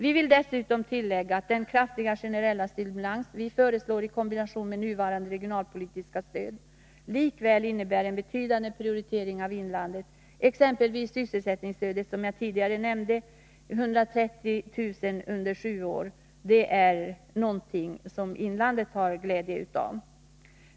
Vi vill dessutom tillägga att den kraftiga generella stimulans som vi föreslår i kombination med nuvarande regionalpolitiska stöd likväl innebär en betydande prioritering av inlandet, exempelvis sysselsättningsstödet— 130 000 kronor under sju år. Det är någonting som inlandet har glädje av.